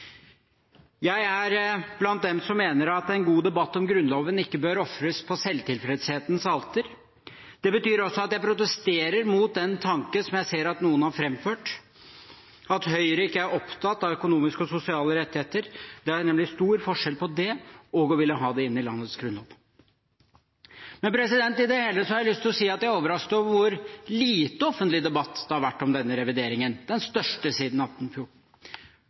Jeg er blant dem som mener at en god debatt om Grunnloven ikke bør ofres på selvtilfredshetens alter. Det betyr også at jeg protesterer mot den tanken som jeg ser at noen har framført, at Høyre ikke er opptatt av økonomiske og sosiale rettigheter. Det er nemlig stor forskjell på det og å ville ha det inn i landets grunnlov. I det hele har jeg lyst til å si at jeg er overrasket over hvor lite offentlig debatt det har vært om denne revideringen – den største siden 1814.